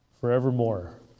forevermore